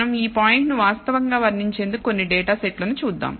మనం ఈ పాయింట్ ను వాస్తవంగా వర్ణించేందుకు కొన్ని డేటా సెట్లు చూద్దాం